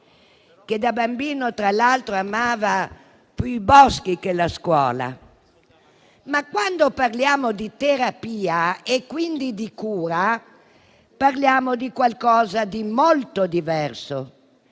che da bambino tra l'altro amava più i boschi che la scuola. Ma, quando parliamo di terapia e quindi di cura, parliamo di qualcosa di molto diverso,